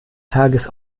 tages